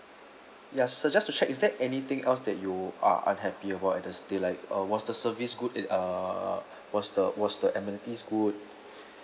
ya sir just to check is there anything else that you are unhappy about at the stay like uh was the service good it uh was the was the amenities good